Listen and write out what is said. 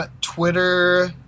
twitter